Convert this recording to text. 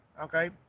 Okay